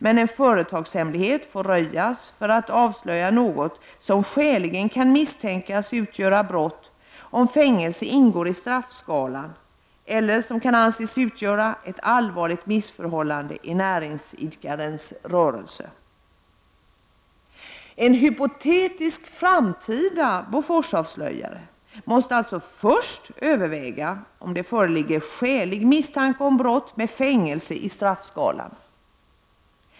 Men en företagshemlighet får röjas för att avslöja något som skäligen kan misstänkas utgöra brott, om fängelse ingår i straffskalan eller om företagshemligheten kan anses utgöra ett allvarligt missförhållande i näringsidkarens rörelse. En hypotetisk framtida Boforsavslöjare måste alltså först överväga om det föreligger skälig misstanke om brott, med fängelse i straffskalan.